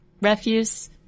refuse